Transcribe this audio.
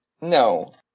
no